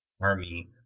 army